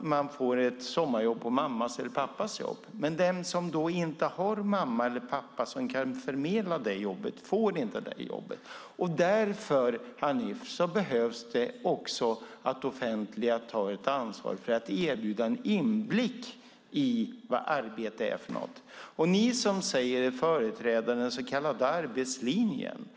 man får ett sommarjobb på mammas eller pappas jobb. Men den som inte har en mamma eller pappa som kan förmedla det jobbet får inte jobb. Därför, Hanif, behöver det offentliga ta ett ansvar för att erbjuda en inblick i vad arbete är för något. Ni säger er företräda den så kallade arbetslinjen.